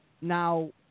Now